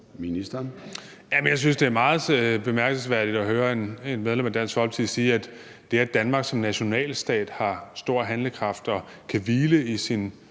Jeg synes, det er meget bemærkelsesværdigt at høre et medlem af Dansk Folkeparti sige, at det, at Danmark som nationalstat har stor handlekraft og kan hvile i sin